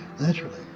naturally